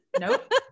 nope